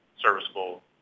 serviceable